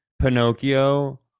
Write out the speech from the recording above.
Pinocchio